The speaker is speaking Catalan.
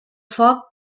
foc